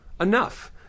enough